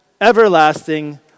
everlasting